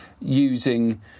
using